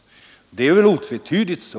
Det är otvetydigt så.